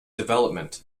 development